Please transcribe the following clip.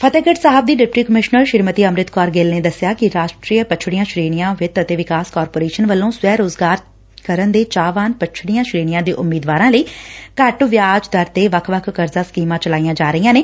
ਫਤਹਿਗੜ ਸਾਹਿਬ ਦੀ deputy commissioner Shrimati Amrit Kaur Gill ਨੇ ਦੱਸਿਆ ਕਿ ਰਾਸ਼ਟਰੀ ਪਛੜੀਆਂ ਸ਼੍ਰੇਣੀਆਂ ਵਿੱਤ ਅਤੇ ਵਿਕਾਸ ਕਾਰਪੋਰੇਸ਼ਨ ਵੱਲੋ ਸਵੈ ਰੋਜ਼ਗਾਰ ਕਰਨ ਦੇ ਚਾਹਵਾਨ ਪਛੜੀਆਂ ਸੇਣੀਆਂ ਦੇ ਉਮੀਦਵਾਰਾ ਲਈ ਘੱਟ ਵਿਆਜ਼ ਦਰ ਵੱਖ ਵੱਖ ਕਰਜ਼ਾ ਸਕੀਮਾਂ ਚਲਾਈਆਂ ਜਾ ਰਹੀਆਂ ਨੇ